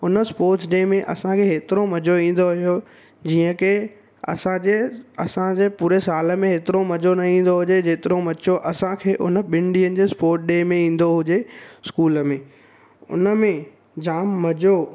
उन sports day में असांखे हेतिरो मज़ो ईंदो हुयो जीअं के असांजे असांजे पूरे साल में हेतिरो मज़ो न ईंदो हुजे जेतिरो मज़ो असांखे उन ॿिनि ॾींहंनि जे स्पोट डे में ईंदो हुजे स्कूल में उन में जाम मज़ो